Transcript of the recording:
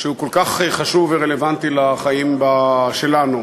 שהוא כל כך חשוב ורלוונטי לחיים שלנו,